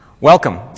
Welcome